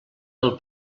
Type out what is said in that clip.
del